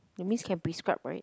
that means can prescribe right